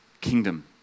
kingdom